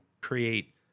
create